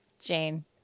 Jane